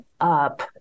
up